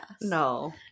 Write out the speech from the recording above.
No